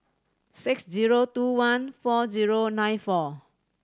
six zero two one four zero nine four